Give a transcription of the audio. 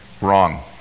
wrong